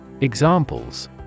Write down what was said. Examples